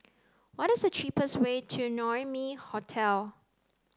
what is the cheapest way to Naumi Hotel